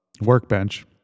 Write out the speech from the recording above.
workbench